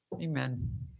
Amen